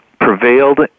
prevailed